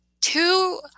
Two